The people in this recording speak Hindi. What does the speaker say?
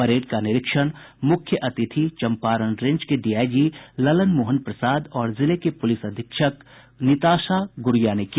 परेड का निरीक्षण मुख्य अतिथि चंपारण रेंज के डीआईजी ललन मोहन प्रसाद और जिले की पुलिस अधीक्षक निताशा गुड़िया ने किया